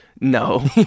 No